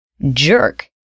jerk